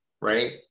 right